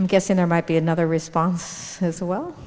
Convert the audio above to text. you guessing there might be another response as well